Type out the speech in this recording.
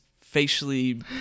facially